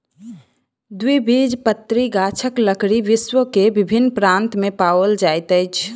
द्विबीजपत्री गाछक लकड़ी विश्व के विभिन्न प्रान्त में पाओल जाइत अछि